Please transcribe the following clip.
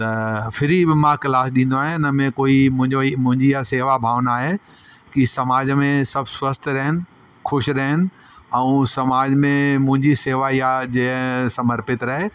त फ़्री में मां क्लास ॾींदो आहियां उनमें कोई मुंहिंजो मुंहिंजी इहा शेवा भावना आहे की समाज में सभु स्वस्थ्यु रहन ख़ुशि रहन ऐं समाज में मुंहिंजी शेवा या जे समर्पित रहे